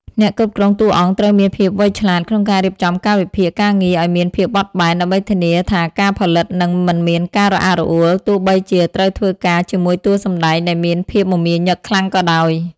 អ្នកគ្រប់គ្រងតួអង្គត្រូវមានភាពវៃឆ្លាតក្នុងការរៀបចំកាលវិភាគការងារឱ្យមានភាពបត់បែន ដើម្បីធានាថាការផលិតនឹងមិនមានការរអាក់រអួលទោះបីជាត្រូវធ្វើការជាមួយតួសម្ដែងដែលមានភាពមមាញឹកខ្លាំងក៏ដោយ។